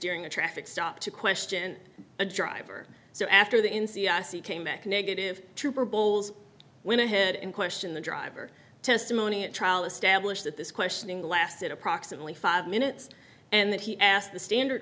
during a traffic stop to question a driver so after that in c i c came back negative trooper bowles went ahead and question the driver testimony at trial established that this questioning lasted approximately five minutes and that he asked the standard